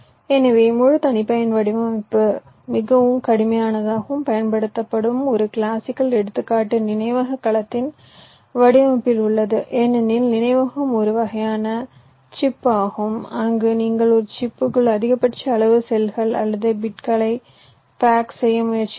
எனவே முழு தனிப்பயன் வடிவமைப்பு மிகவும் கடுமையாகவும் பயன்படுத்தப்படும் ஒரு கிளாசிக்கல் எடுத்துக்காட்டு நினைவக கலத்தின் வடிவமைப்பில் உள்ளது ஏனெனில் நினைவகம் ஒரு வகையான சிப்பு ஆகும் அங்கு நீங்கள் ஒரு சிப்புக்குள் அதிகபட்ச அளவு செல்கள் அல்லது பிட்களை பேக் செய்ய முயற்சிக்கலாம்